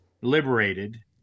liberated